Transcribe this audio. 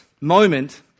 moment